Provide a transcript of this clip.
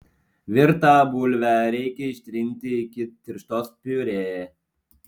virtą bulvę reikia ištrinti iki tirštos piurė